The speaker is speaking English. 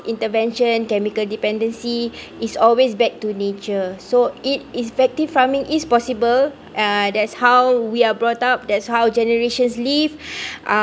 intervention chemical dependancy is always back to nature so it effective farming is possible uh that's how we are brought up that's how generations live uh